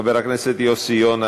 חבר הכנסת יוסי יונה,